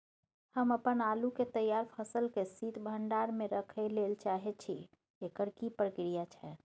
हम अपन आलू के तैयार फसल के शीत भंडार में रखै लेल चाहे छी, एकर की प्रक्रिया छै?